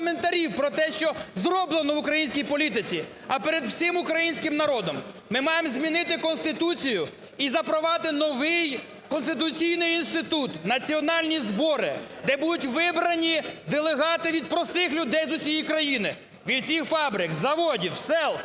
про те, що зроблено в українській політиці, а перед усім українським народом. Ми маємо змінити Конституцію і запровадити новий конституційний інститут, національні збори, де будуть вибрані делегати від простих людей з усієї країни від усіх фабрик, заводів, сіл,